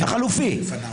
מי שמעלה את זה,